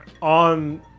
on